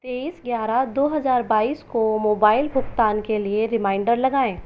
तेईस ग्यारह दो हज़ार बाईस को मोबाइल भुगतान के लिए रिमाइंडर लगाएँ